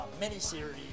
miniseries